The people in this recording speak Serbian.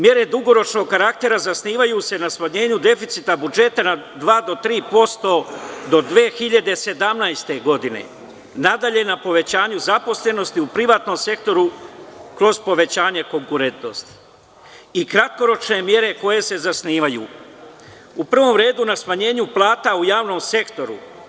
Mere dugoročnog karaktera zasnivaju se na smanjenju deficita budžeta na 2% do 3% do 2017. godine, nadalje, na povećanju zaposlenosti u privatnom sektoru kroz povećanje konkurentnosti i kratkoročne mere koje se zasnivaju, u prvom redu na smanjenju plata u javnom sektoru.